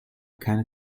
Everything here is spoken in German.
keiner